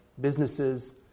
businesses